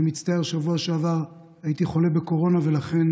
אני מצטער, בשבוע שעבר הייתי חולה בקורונה ולכן